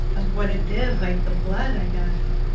ah what it did, like the blood, i guess.